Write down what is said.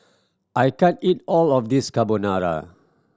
I can't eat all of this Carbonara